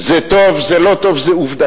זה טוב, זה לא טוב, זו עובדה.